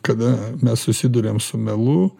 kada mes susiduriam su melu